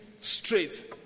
straight